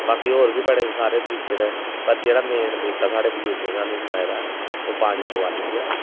बाकी होर बी बड़े सारे तरीके न पर जेह्ड़ा मेन तरीका साढ़े बजुर्गें सानूं सनाए दा ऐ ओह् पानी बोआलियै